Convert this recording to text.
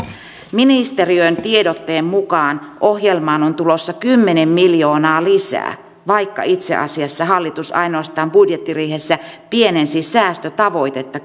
ministeriön tiedotteen mukaan ohjelmaan on tulossa kymmenen miljoonaa lisää vaikka itse asiassa hallitus ainoastaan budjettiriihessä pienensi säästötavoitetta